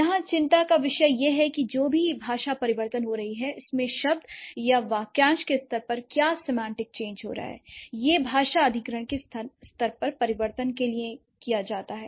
यहाँ चिंता का विषय यह है कि जो भी भाषा परिवर्तन हो रही है इसमें शब्द या वाक्यांश के स्तर पर क्या सेमांटिक चेंज हो रहा है यह भाषा अधिग्रहण स्तर पर परिवर्तन के लिए जाता है